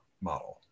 model